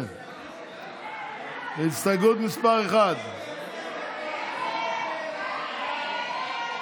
ההסתייגות (1) של קבוצת סיעת הליכוד,